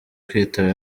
kwitaba